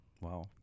Wow